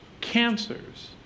cancers